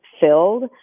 filled